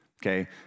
okay